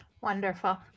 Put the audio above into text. Wonderful